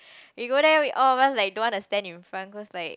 we go there we all of us don't wanna stand in front cause like